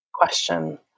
Question